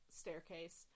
staircase